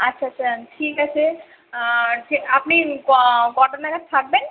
আচ্ছা আচ্ছা ঠিক আছে আর ছে আপনি ক কটা নাগাদ থাকবেন